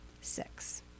Six